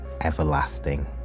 everlasting